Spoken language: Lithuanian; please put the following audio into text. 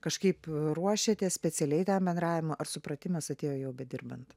kažkaip ruošėtės specialiai tam bendravimui ar supratimas atėjo jau bedirbant